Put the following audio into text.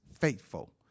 faithful